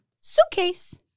suitcase